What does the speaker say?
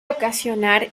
ocasionar